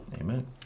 Amen